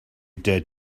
dared